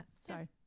sorry